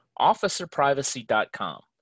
OfficerPrivacy.com